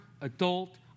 adult